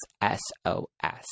S-O-S